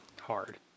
hard